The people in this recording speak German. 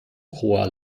hoher